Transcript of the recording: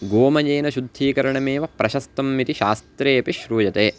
गोमयेन शुद्धीकरणमेव प्रशस्तमिति शास्त्रे अपि श्रूयते